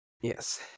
Yes